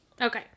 Okay